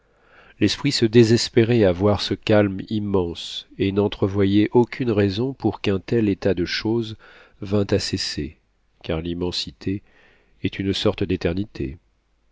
l'esprit se désespérait à voir ce calme immense et n'entrevoyait aucune raison pour qu'un tel état de choses vint à cesser car l'immensité est une sorte d'éternité